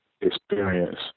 experience